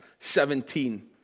17